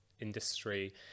industry